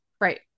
Right